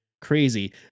crazy